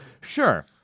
Sure